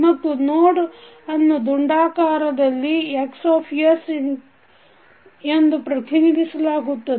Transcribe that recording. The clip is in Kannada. ಮತ್ತು ನೋಡ್ ಅನ್ನು ದುಂಡಾಕಾರದಲ್ಲಿ XX ಪ್ರತಿನಿಧಿಸಲಾಗುತ್ತದೆ